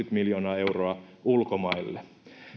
miljoonaa euroa ulkomaille